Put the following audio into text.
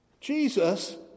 Jesus